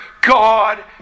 God